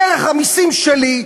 דרך המסים שלי,